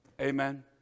Amen